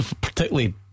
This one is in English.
particularly